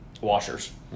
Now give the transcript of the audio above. washers